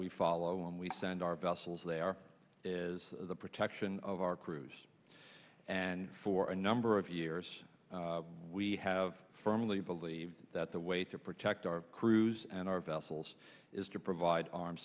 we follow and we send our vessels they are is the protection of our crews and for a number of years we have firmly believed that the way to protect our crews and our vessels is to provide armed